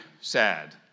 Sad